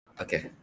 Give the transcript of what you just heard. Okay